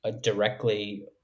directly